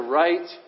right